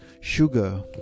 sugar